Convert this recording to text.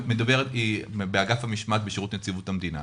עוה"ד יפית איצקוביץ היא מאגף המשמעת בנציבות שירות המדינה.